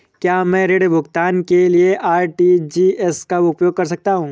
क्या मैं ऋण भुगतान के लिए आर.टी.जी.एस का उपयोग कर सकता हूँ?